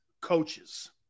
coaches